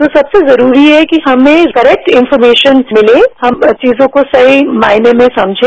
तो सबसे जरूरी है कि हमें करेक्ट इन्फॉर्फेशन मिले हम चीजों को सही मायने में समझें